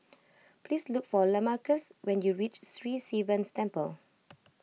please look for Lamarcus when you reach Sri Sivan Temple